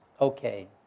okay